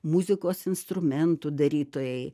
muzikos instrumentų darytojai